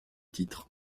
titre